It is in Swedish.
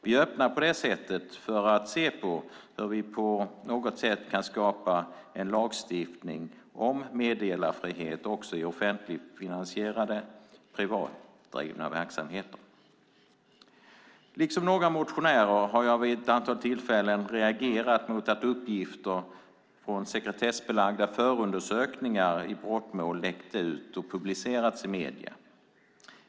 Vi öppnar på detta sätt för att skapa en lagstiftning om meddelarfrihet också i offentligfinansierade privatdrivna verksamheter. Liksom några motionärer har jag vid ett antal tillfällen reagerat mot att uppgifter från sekretessbelagda förundersökningar i brottmål har läckt ut och publicerats i medier.